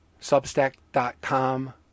Substack.com